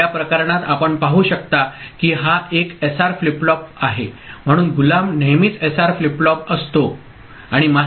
या प्रकरणात आपण पाहू शकता की हा एक एसआर फ्लिप फ्लॉप आहे म्हणून गुलाम नेहमीच एसआर फ्लिप फ्लॉप असतो ओके